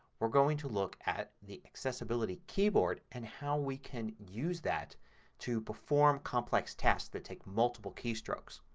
we're going to look at the accessibility keyboard and how we can use that to perform complex tests that take multiple keystrokes.